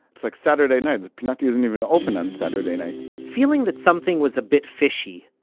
it's like saturday night, pinati isn't even open on saturday night feeling that something was a bit fishy,